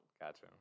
Gotcha